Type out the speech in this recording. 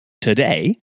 today